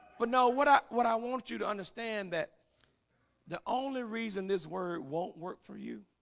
but no what ah what i want you to understand that the only reason this word won't work for you